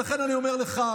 ולכן אני אומר לך,